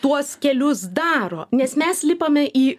tuos kelius daro nes mes lipame į